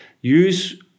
use